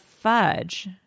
fudge